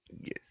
yes